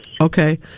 Okay